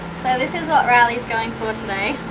so, this is what riley's going for today,